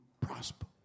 prosper